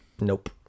Nope